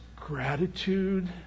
Gratitude